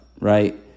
right